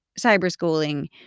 cyber-schooling